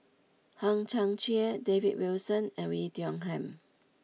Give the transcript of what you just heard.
Hang Chang Chieh David Wilson and Oei Tiong Ham